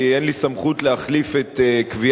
כי אין לי סמכות להחליף את קביעת